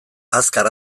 azkar